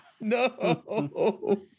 No